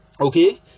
okay